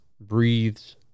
breathes